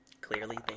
Clearly